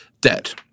debt